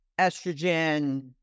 estrogen